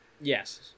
Yes